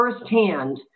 firsthand